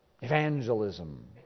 evangelism